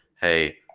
hey